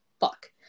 Fuck